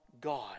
God